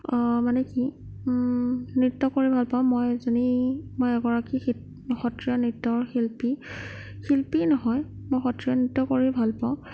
মানে কি নৃত্য কৰি ভাল পাওঁ মই এজনী মই এগৰাকী সত সত্ৰীয়া নৃত্যৰ শিল্পী শিল্পী নহয় মই সত্ৰীয়া নৃত্য কৰি ভাল পাওঁ